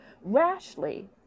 rashly